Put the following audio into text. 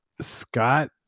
scott